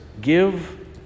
give